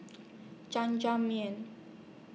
Jajangmyeon